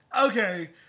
Okay